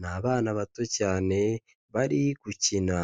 ni abana bato cyane bari gukina.